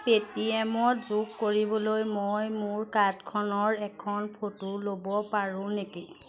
পে'টিএমত যোগ কৰিবলৈ মই মোৰ কাৰ্ডখনৰ এখন ফটো ল'ব পাৰোঁ নেকি